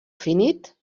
finit